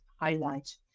highlight